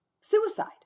Suicide